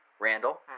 Randall